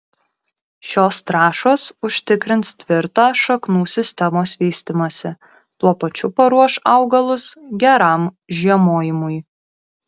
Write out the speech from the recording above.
šios trąšos užtikrins tvirtą šaknų sistemos vystymąsi tuo pačiu paruoš augalus geram žiemojimui